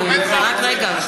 תודה רבה.